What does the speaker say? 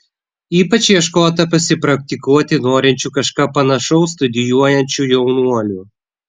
ypač ieškota pasipraktikuoti norinčių kažką panašaus studijuojančių jaunuolių